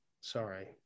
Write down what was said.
Sorry